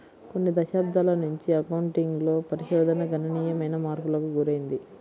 కొన్ని దశాబ్దాల నుంచి అకౌంటింగ్ లో పరిశోధన గణనీయమైన మార్పులకు గురైంది